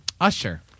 usher